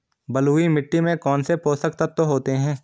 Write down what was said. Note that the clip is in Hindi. बलुई मिट्टी में कौनसे पोषक तत्व होते हैं?